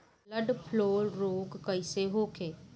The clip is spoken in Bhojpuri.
बर्ड फ्लू रोग कईसे होखे?